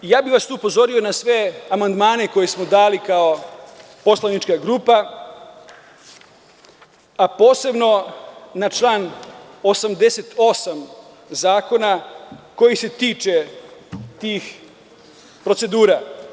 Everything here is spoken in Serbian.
Tu bih vas upozorio na sve amandmane koje smo dali kao poslanička grupa, a posebno na član 88. zakona, koji se tiče tih procedura.